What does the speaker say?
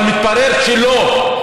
אבל מתברר שלא.